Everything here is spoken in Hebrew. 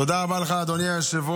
תודה רבה לך, אדוני היושב-ראש.